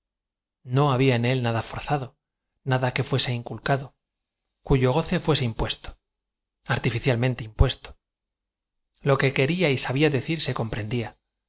no había en é l nada forzado nada que fuese inculcado cuyo goce fuese impuesto artiñcialm en te impuesto lo que quería y sabía decir se comprendía